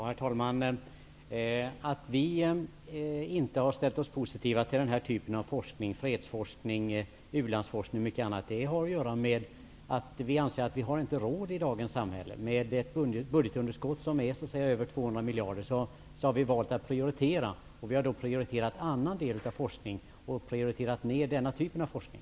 Herr talman! Att vi i Ny demokrati inte har ställt oss positiva till fredsforskning, u-landsforskning och mycket annat har att göra med att vi anser att vi i dagens samhälle inte har råd med detta. Med ett budgetunderskott som är över 200 miljarder har vi valt att prioritera. Vi har då prioriterat en annan del av forskningen och nedprioriterat denna typ av forskning.